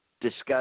discuss